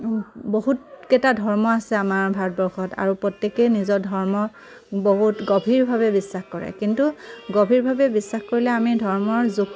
বহুতকেইটা ধৰ্ম আছে আমাৰ ভাৰতবৰ্ষত আৰু প্ৰত্যেকেই নিজৰ ধৰ্ম বহুত গভীৰভাৱে বিশ্বাস কৰে কিন্তু গভীৰভাৱে বিশ্বাস কৰিলে আমি ধৰ্মৰ যুক্